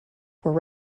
were